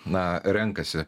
na renkasi